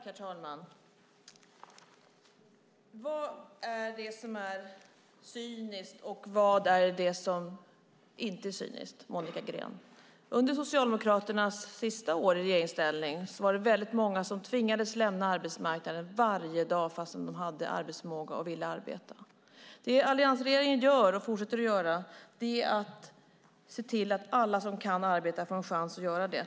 Herr talman! Vad är det som är cyniskt och vad är det som inte är cyniskt, Monica Green? Under Socialdemokraternas sista år i regeringsställning var det många som tvingades lämna arbetsmarknaden varje dag fastän de hade arbetsförmåga och ville arbeta. Det alliansregeringen gör och fortsätter att göra är att se till att alla som kan arbeta får en chans att göra det.